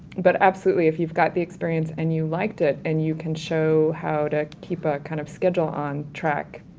but absolutely if you've got the experience and you liked it, and you can show you how to keep a kind of schedule on track.